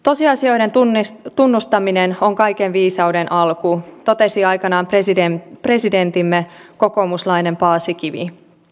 tosiasioiden tunnustaminen on kaiken viisauden alku totesi aikanaan presidenttimme kokoomuslainen paasikivi